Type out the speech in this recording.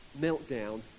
meltdown